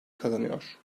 kazanıyor